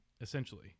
essentially